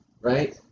right